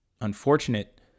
unfortunate